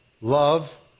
love